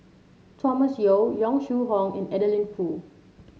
Thomas Yeo Yong Shu Hoong and Adeline Foo